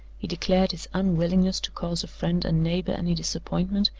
he declared his unwillingness to cause a friend and neighbor any disappointment,